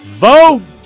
Vote